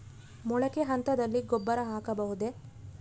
ಮೊಳಕೆ ಹಂತದಲ್ಲಿ ಗೊಬ್ಬರ ಹಾಕಬಹುದೇ?